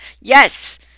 Yes